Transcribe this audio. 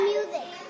Music